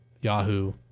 Yahoo